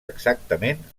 exactament